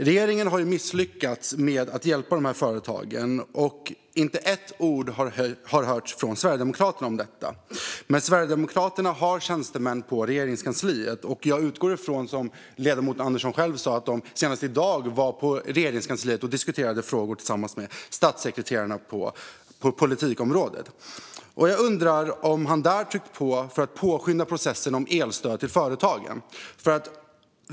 Regeringen har misslyckats med att hjälpa de här företagen, och inte ett ord har hörts från Sverigedemokraterna om detta. Men Sverigedemokraterna har tjänstemän på Regeringskansliet som jag utgår ifrån att man har kontakt med. Som ledamoten Andersson själv sa var han och andra senast i dag på Regeringskansliet och diskuterade frågor tillsammans med statssekreterarna på politikområdet. Jag undrar om han där har tryckt på för att påskynda processen gällande elstöd till företagen.